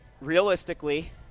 realistically –